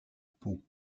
pau